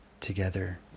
together